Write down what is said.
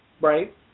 Right